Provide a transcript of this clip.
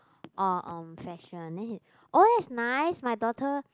orh um fashion then he oh that's nice my daughter